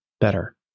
better